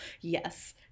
Yes